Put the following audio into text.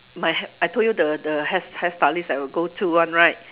my hai~ I told you the the hair hair stylist that I will go to one right